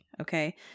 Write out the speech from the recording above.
okay